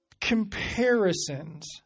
Comparisons